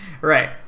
Right